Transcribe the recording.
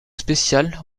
spécial